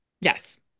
yes